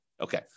Okay